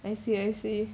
I see I see